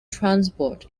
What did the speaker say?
transport